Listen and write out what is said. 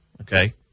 okay